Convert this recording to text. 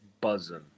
buzzing